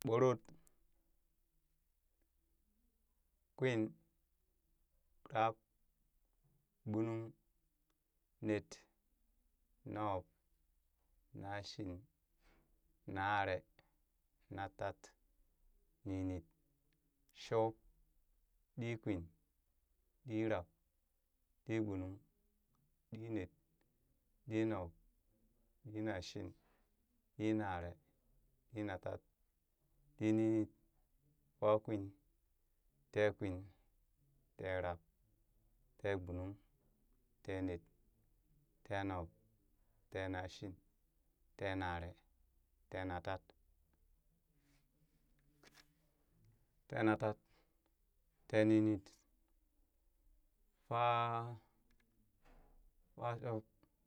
ɓorott, kwin, rab, gbunung, net, nob, nashin, naree, natat, ninit, shuub, ɗikwin, ɗirab, ɗigbunung, ɗinet, ɗinub, ɗinashin, ɗinaree, ɗinatat, ɗininit, fakwin, teekwin, teerab, teegbunung, teenet, teenub, teenashin, teenaree, teenatat, teenatat teeninit, faa